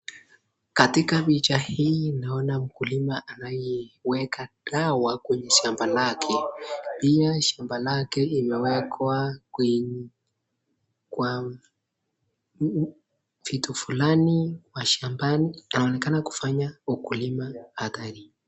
Katika picha hii naona mkulima anayeweka dawa kwenye shamba lake pia shamba lake imewekwa kwin kwam vitu fulani mashambani. Anaonekana kufanya ukulima hatari.